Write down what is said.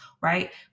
right